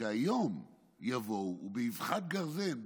שהיום יבואו ובאבחת גרזן,